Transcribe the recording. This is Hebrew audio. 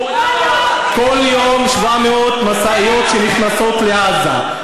כל יום, כל יום, כל יום 700 משאיות שנכנסות לעזה.